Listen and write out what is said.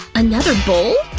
another bowl?